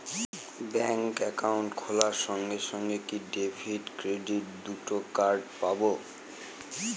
Bank account খোলার সঙ্গে সঙ্গে কি ডেবিট ক্রেডিট দুটো কার্ড পাবো?